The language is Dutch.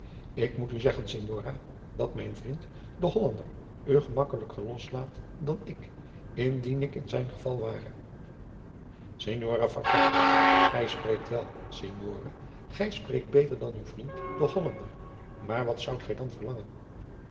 ik moet u zeggen signora dat mijn vriend de hollander u gemakkelijker loslaat dan ik indien ik in zijn geval ware signora farfalla gij spreekt wel signore gij spreekt beter dan uw vriend de hollander maar wat zoudt gij dan verlangen